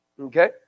Okay